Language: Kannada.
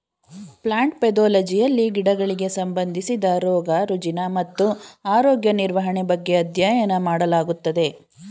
ಪ್ಲಾಂಟ್ ಪೆದೊಲಜಿಯಲ್ಲಿ ಗಿಡಗಳಿಗೆ ಸಂಬಂಧಿಸಿದ ರೋಗ ರುಜಿನ ಮತ್ತು ಆರೋಗ್ಯ ನಿರ್ವಹಣೆ ಬಗ್ಗೆ ಅಧ್ಯಯನ ಮಾಡಲಾಗುತ್ತದೆ